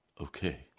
Okay